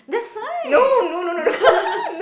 that's why